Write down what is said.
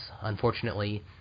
Unfortunately